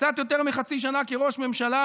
קצת יותר מחצי שנה כראש ממשלה,